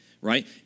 right